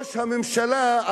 ראש הממשלה,